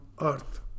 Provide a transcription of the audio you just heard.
earth